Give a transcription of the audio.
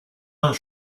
vingt